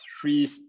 three